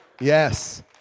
Yes